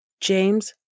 James